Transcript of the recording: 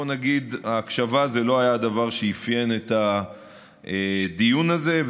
בואו נגיד שההקשבה לא הייתה הדבר שאפיין את הדיון הזה.